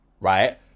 right